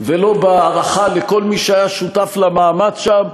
ולא בהערכה לכל מי שהיה שותף למאמץ שם.